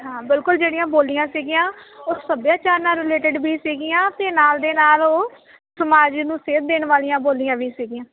ਹਾਂ ਬਿਲਕੁਲ ਜਿਹੜੀਆਂ ਬੋਲੀਆਂ ਸੀਗੀਆਂ ਉਹ ਸੱਭਿਆਚਾਰ ਨਾਲ ਰਿਲੇਟਡ ਵੀ ਸੀਗੀਆਂ ਅਤੇ ਨਾਲ ਦੇ ਨਾਲ ਉਹ ਸਮਾਜ ਨੂੰ ਸੇਧ ਦੇਣ ਵਾਲੀਆਂ ਬੋਲੀਆਂ ਵੀ ਸੀਗੀਆਂ